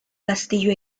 castillo